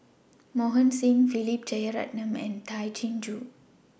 Mohan Singh Philip Jeyaretnam and Tay Chin Joo